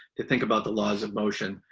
to think about the laws of motion,